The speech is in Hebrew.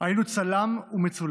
היינו צלם ומצולם.